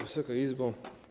Wysoka Izbo!